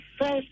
first